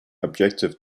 objective